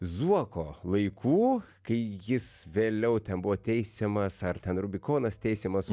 zuoko laikų kai jis vėliau ten buvo teisiamas ar ten rubikonas teisiamas